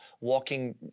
walking